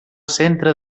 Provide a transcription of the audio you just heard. centre